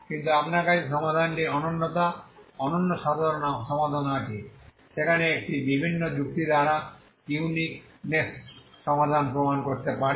কিন্তু আপনার কাছে সমাধানটি অনন্যতা অনন্য সমাধান আছে সেখানে একটি ভিন্ন যুক্তি দ্বারা ইউনিকনেস সমাধান প্রমাণ করতে পারে